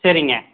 சரிங்க